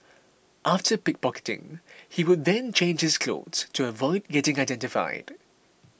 after pick pocketing he would then change his clothes to avoid getting identified